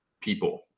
people